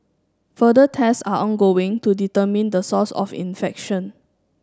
further test are ongoing to determine the source of infection